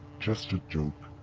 just a joke.